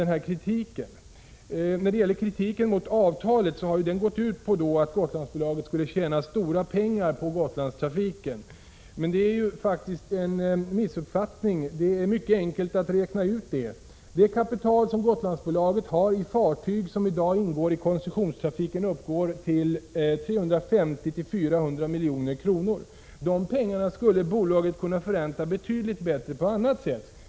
När det gäller kritiken mot avtalet så har den ju gått ut på att Gotlandsbolaget skulle tjäna stora pengar på Gotlandstrafiken. Detta 19 Prot. 1986/87:62 ärfaktiskt en missuppfattning. Det är mycket enkelt att räkna ut detta. Det 2 februari 1987 kapital som Gotlandsbolaget har i fartyg som i dag ingår i koncessionstrafi Aa ken uppgår till mellan 350-400 milj.kr. De pengarna skulle bolaget kunna förränta betydligt bättre på annat sätt.